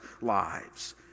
lives